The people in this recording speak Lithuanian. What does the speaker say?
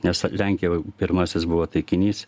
nes lenkija pirmasis buvo taikinys